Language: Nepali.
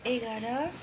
एघार